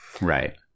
Right